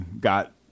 got